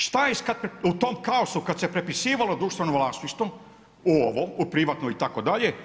Šta je u tom kaosu kad se prepisivalo društveno vlasništvo u ovo u privatno itd.